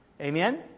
Amen